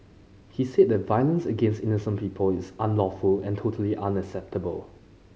he said that violence against innocent people is unlawful and totally unacceptable